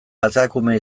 katakume